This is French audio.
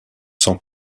sans